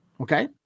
Okay